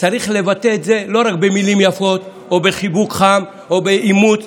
צריך לבטא את זה לא רק במילים יפות או בחיבוק חם או בעימות,